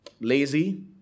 lazy